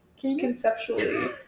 conceptually